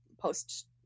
post